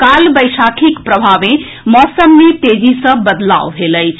काल वैशाखीक प्रभाव सँ मौसम मे तेजी सँ बदलाव भेल अछि